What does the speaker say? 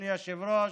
אדוני היושב-ראש: